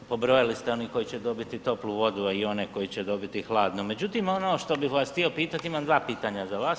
Pobrojali ste onih koji će dobiti toplu vodu, a i one koji će dobiti hladnu, međutim, ono što bi vas htjela pitati, imam dva pitanja za vas.